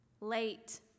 Late